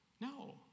No